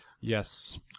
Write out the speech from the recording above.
Yes